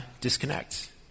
disconnect